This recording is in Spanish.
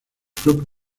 club